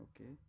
Okay